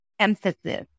Emphasis